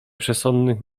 przesądnych